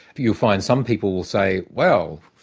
you'll find some people will say, well,